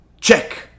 check